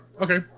okay